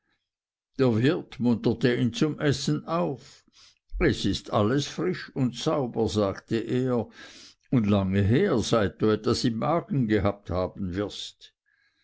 der wirt munterte ihn zum essen auf es ist alles frisch und sauber sagte er und lange her seit du etwas im magen gehabt haben wirst